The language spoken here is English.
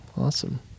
Awesome